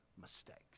mistakes